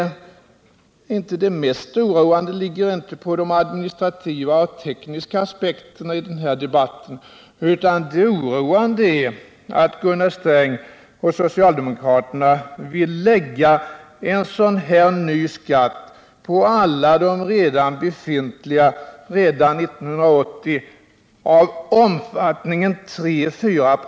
Men det mest oroande ligger inte på det administrativa och tekniska planet, utan det oroande är att Gunnar Sträng och socialdemokraterna redan 1980 vill lägga en sådan ny skatt av omfattningen 34 96 på alla de redan befintliga.